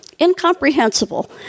incomprehensible